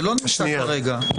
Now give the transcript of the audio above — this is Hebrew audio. זה לא נמצא כרגע,